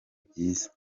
byiza